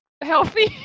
healthy